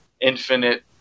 infinite